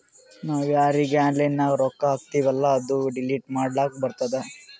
ನಾವ್ ಯಾರೀಗಿ ಆನ್ಲೈನ್ನಾಗ್ ರೊಕ್ಕಾ ಹಾಕ್ತಿವೆಲ್ಲಾ ಅದು ಡಿಲೀಟ್ ಮಾಡ್ಲಕ್ ಬರ್ತುದ್